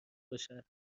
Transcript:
باشد